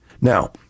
Now